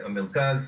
המרכז,